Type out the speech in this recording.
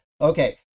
Okay